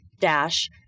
dash